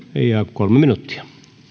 kolme minuuttia